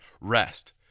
rest